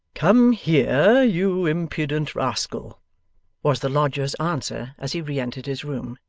come here, you impudent rascal was the lodger's answer as he re-entered his room.